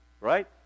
right